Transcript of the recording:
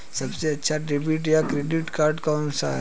सबसे अच्छा डेबिट या क्रेडिट कार्ड कौन सा है?